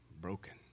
broken